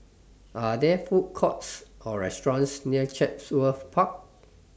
Are There Food Courts Or restaurants near Chatsworth Park